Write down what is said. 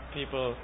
people